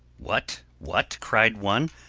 what! what! cried one,